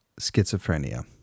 Schizophrenia